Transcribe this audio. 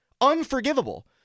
Unforgivable